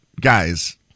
guys